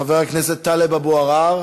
חבר הכנסת טלב אבו עראר,